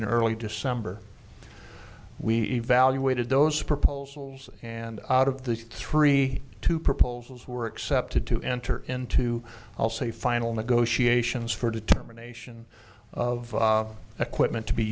in early december we evaluated those proposals and out of the three two proposals were accepted to enter into else a final negotiations for determination of equipment to be